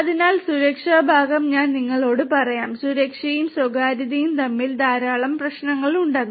അതിനാൽ സുരക്ഷാ ഭാഗം ഞാൻ നിങ്ങളോട് പറയാം സുരക്ഷയും സ്വകാര്യതയും അതിൽ ധാരാളം പ്രശ്നങ്ങളുണ്ടെന്ന്